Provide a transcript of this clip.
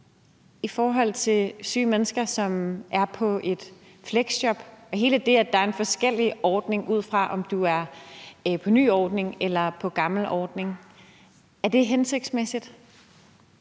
gælder også syge mennesker, som er i et fleksjob. Alene det, at det er forskelligt, alt efter om du er på den nye ordning eller den gamle ordning – er det hensigtsmæssigt?